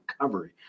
recovery